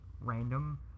random